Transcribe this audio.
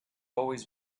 always